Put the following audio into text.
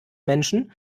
menschen